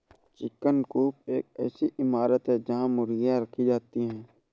chicken coop एक ऐसी इमारत है जहां मुर्गियां रखी जाती हैं